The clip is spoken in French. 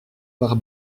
pare